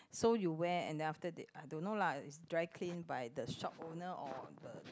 so you wear and then after that I don't know lah is dry clean by the shop owner or the the